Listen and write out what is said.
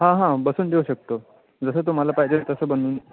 हां हां बसवून देऊ शकतो जसं तुम्हाला पाहिजेल तसं बनवून